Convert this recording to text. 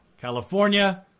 California